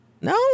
No